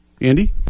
Andy